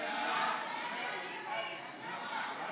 התשפ"ב 2022,